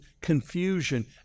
confusion